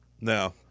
No